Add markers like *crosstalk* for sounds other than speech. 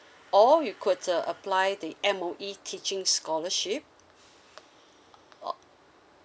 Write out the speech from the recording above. or you could uh apply the M_O_E teaching scholarship *noise*